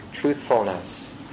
Truthfulness